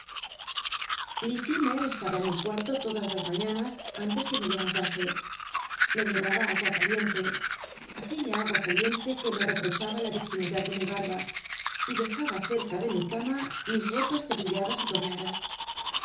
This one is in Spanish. estaba en mi cuarto todas las maiíana antes que me leva ntase me llcraba ngua aliente aquella gua c llientc que me r eprochaba la irginidad de mi hadm y dejaba c l'ta de mi cama mis ropas cepilladas y dobladas